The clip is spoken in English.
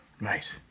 right